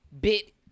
bit